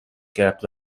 کرد